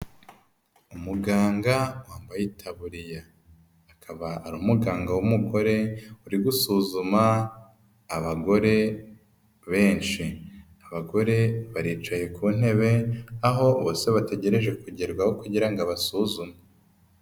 Umuganga wambaye itaburiya, akaba ari umuganga w'umugore uri gusuzuma abagore benshi. Abagore baricaye ku ntebe, aho bose bategereje kugerwaho kugira ngo abasuzume.